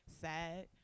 sad